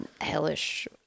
hellish